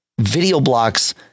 Videoblocks